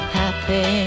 happy